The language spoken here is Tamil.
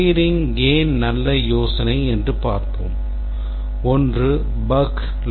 layering ஏன் நல்ல யோசனை என்று பார்ப்போம் ஒன்று bug localization